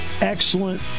Excellent